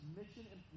mission